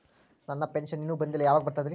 ನನ್ನ ಪೆನ್ಶನ್ ಇನ್ನೂ ಬಂದಿಲ್ಲ ಯಾವಾಗ ಬರ್ತದ್ರಿ?